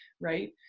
right